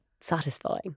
satisfying